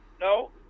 no